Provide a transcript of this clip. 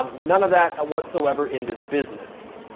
um none of that whatsoever in this business.